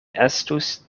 estus